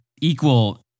equal